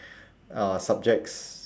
uh subjects